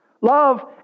Love